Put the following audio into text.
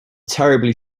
terribly